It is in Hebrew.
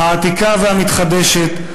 העתיקה והמתחדשת,